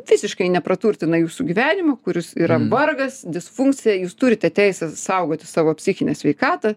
visiškai ne praturtina jūsų gyvenimo kuris yra vargas disfunkcija jūs turite teisę saugoti savo psichinę sveikatą